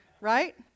Right